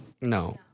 No